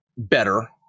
Better